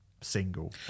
single